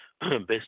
Based